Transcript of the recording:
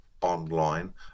online